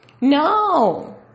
No